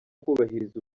kubahiriza